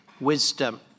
wisdom